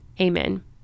Amen